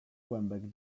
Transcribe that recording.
kłębek